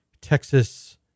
Texas